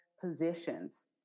positions